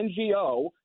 NGO